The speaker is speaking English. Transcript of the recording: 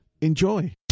enjoy